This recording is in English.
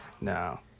No